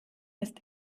ist